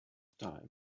time